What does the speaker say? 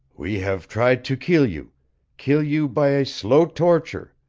we have tried to kill you kill you by a slow torture,